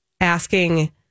asking